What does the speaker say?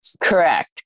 Correct